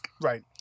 Right